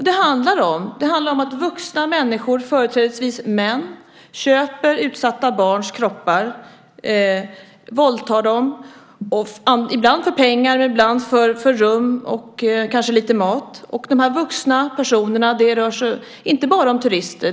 Det handlar om att vuxna människor, företrädesvis män, köper utsatta barns kroppar och våldtar dem - ibland för pengar, ibland för rum och lite mat. De vuxna personerna är inte bara turister.